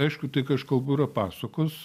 aišku tai ką aš kalbu yra pasakos